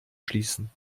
schließen